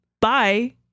Bye